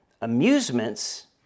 Amusements